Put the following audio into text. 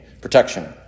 protection